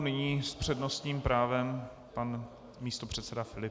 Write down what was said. Nyní s přednostním právem pan místopředseda Filip.